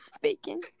bacon